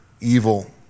evil